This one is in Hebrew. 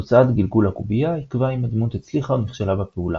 תוצאת גלגול הקובייה יקבע אם הדמות הצליחה או נכשלה בפעולה.